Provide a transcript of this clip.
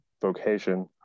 vocation